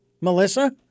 Melissa